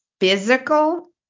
physical